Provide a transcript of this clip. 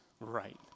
right